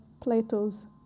Plato's